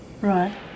Right